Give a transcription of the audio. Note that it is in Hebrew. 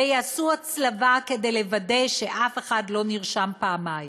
ויעשו הצלבה כדי לוודא שאף אחד לא נרשם פעמיים,